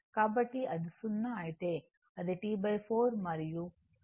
కాబట్టి అది 0 అయితే అది T 4 అయితే T2 మరియు మొదలైనవి